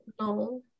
No